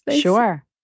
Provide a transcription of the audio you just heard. Sure